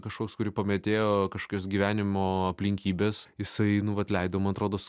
kažkoks kurį pamėtėjo kažkokios gyvenimo aplinkybės jisai nu vat leido man atrodos